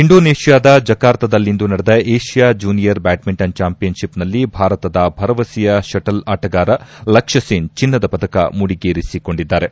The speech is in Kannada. ಇಂಡೋನೇಷ್ಲಾದ ಜಕಾರ್ತದಲ್ಲಿಂದು ನಡೆದ ಏಷ್ಲಾ ಜೂನಿಯರ್ ಬ್ಲಾಡ್ಸಿಂಟನ್ ಚಾಂಪಿಯನ್ಶಿಫ್ ನಲ್ಲಿ ಭಾರತದ ಭರವಸೆಯ ಷಟಲ್ ಆಟಗಾರ ಲಕ್ಷ ಸೇನ್ ಚಿನ್ನದ ಪದಕ ಮುಡಿಗೇರಿಸಿಕೊಂಡಿದ್ದಾರೆ